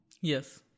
Yes